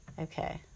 Okay